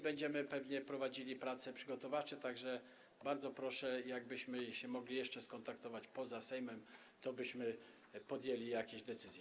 Będziemy pewnie prowadzili prace przygotowawcze, tak że bardzo proszę, jakbyśmy się mogli jeszcze skontaktować poza Sejmem, to byśmy podjęli jakieś decyzje.